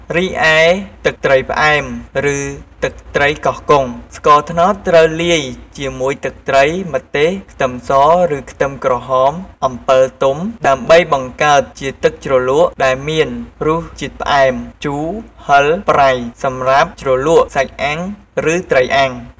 រីឯទឹកត្រីផ្អែមឬទឹកត្រីកោះកុង ស្ករត្នោតត្រូវលាយជាមួយទឹកត្រី ម្ទេស ខ្ទឹមសឬខ្ទឹមក្រហម អំពិលទុំ ដើម្បីបង្កើតជាទឹកជ្រលក់ដែលមានរសជាតិផ្អែម ជូរ ហឹរ ប្រៃ សម្រាប់ជ្រលក់សាច់អាំងឬត្រីអាំង។